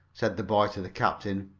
said the boy to the captain.